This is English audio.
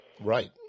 Right